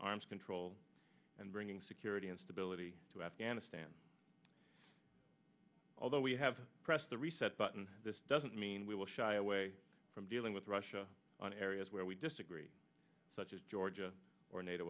arms control and bringing security and stability to afghanistan although we have press the reset button this doesn't mean we will shy away from dealing with russia on areas where we disagree such as georgia or